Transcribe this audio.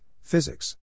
Physics